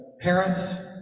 parents